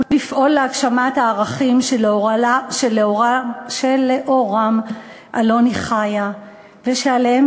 ולפעול להגשמת הערכים שלאורם אלוני חיה ושעליהם